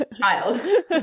child